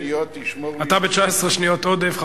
אתה ב-19 שניות עודף, תשמור לי לפעם הבאה.